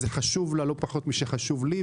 זה חשוב לה לא פחות משזה חשוב לי,